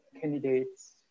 candidates